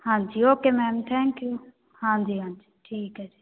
ਹਾਂਜੀ okay ma'am thank you ਹਾਂਜੀ ਹਾਂਜੀ ਠੀਕ ਹੈ ਜੀ